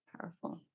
powerful